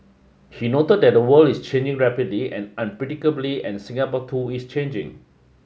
he noted that the world is changing rapidly and unpredictably and Singapore too is changing